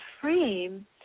frame